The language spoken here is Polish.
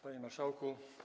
Panie Marszałku!